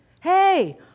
Hey